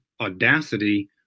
audacity